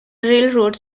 railroad